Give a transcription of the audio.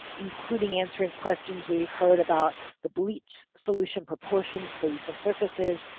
including answering questions we've heard about the bleach solution proportions for use on surfaces,